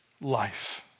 life